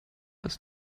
ist